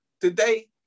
today